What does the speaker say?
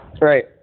Right